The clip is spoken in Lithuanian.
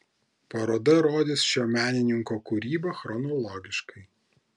paroda rodys šio menininko kūrybą chronologiškai